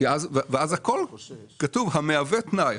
ואז הכול כתוב 'המהווה תנאי',